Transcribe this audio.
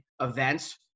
events